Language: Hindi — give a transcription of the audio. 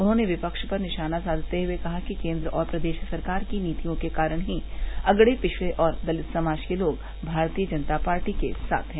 उन्होंने विपक्ष पर निशाना साधते हए कहा कि केन्द्र और प्रदेश सरकार की नीतियों के कारण ही अगड़े पिछड़े और दलित समाज के लोग भारतीय जनता पार्टी के साथ है